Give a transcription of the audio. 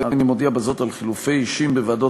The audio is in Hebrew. הריני מודיע בזאת על חילופי אישים בוועדות